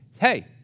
Hey